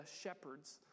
shepherds